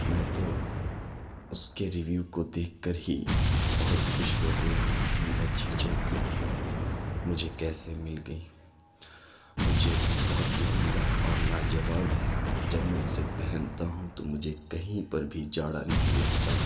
میں تو اس کے ریویو کو دیکھ کر ہی بہت خوش ہو گیا کہ اتنی اچھی جیکیٹ مجھے کیسے مل گئی وہ جیکیٹ بہت ہی عمدہ اور لاجواب ہے جب میں اسے پہنتا ہوں تو مجھے کہیں پر بھی جاڑا نہیں لگتا